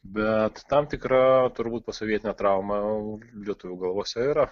bet tam tikra turbūt posovietinę traumą lietuvių galvose yra